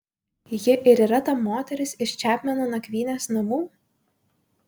ji ir yra ta moteris iš čepmeno nakvynės namų